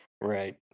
Right